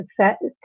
success